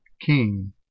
king